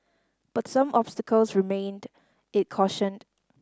but some obstacles remain it cautioned